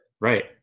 right